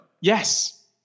Yes